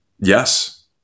yes